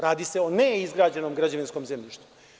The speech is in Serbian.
Radi se o neizgrađenom građevinskom zemljištu.